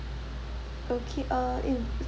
okay uh if